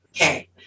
okay